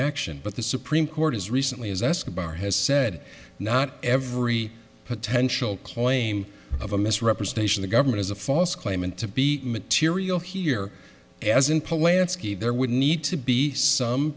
action but the supreme court as recently as escobar has said not every potential claim of a misrepresentation the government is a false claim and to be material here as in polanski there would need to be some